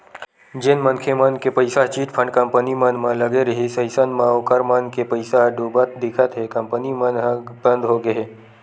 जेन मनखे मन के पइसा ह चिटफंड कंपनी मन म लगे रिहिस हे अइसन म ओखर मन के पइसा ह डुबत दिखत हे कंपनी मन ह बंद होगे हे